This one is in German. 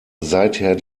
seither